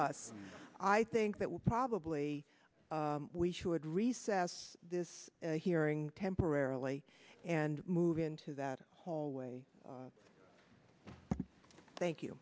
us i think that will probably we should recess this hearing temporarily and move into that hallway thank you